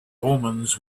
omens